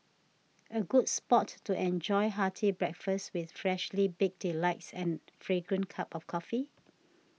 a good spot to enjoy hearty breakfast with freshly baked delights and fragrant cup of coffee